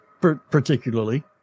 particularly